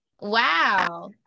wow